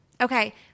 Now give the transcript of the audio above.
Okay